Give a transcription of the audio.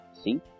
See